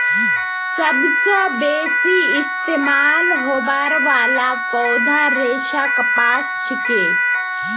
सबस बेसी इस्तमाल होबार वाला पौधार रेशा कपास छिके